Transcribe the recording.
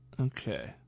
Okay